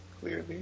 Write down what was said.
Clearly